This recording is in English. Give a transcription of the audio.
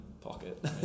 pocket